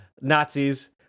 Nazis